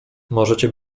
możecie